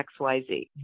XYZ